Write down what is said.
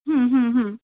হুম হুম হুম